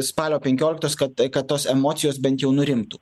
spalio penkioliktos kad kad tos emocijos bent jau nurimtų